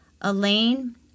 Elaine